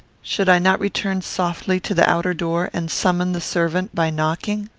should i not return softly to the outer door, and summon the servant by knocking